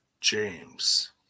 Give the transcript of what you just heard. James